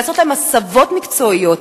לעשות להם הסבות מקצועיות,